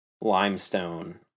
limestone